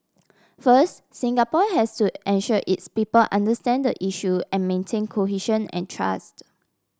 first Singapore has to ensure its people understand the issue and maintain cohesion and trust